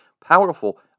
powerful